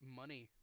money